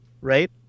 right